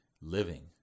living